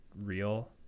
real